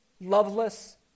loveless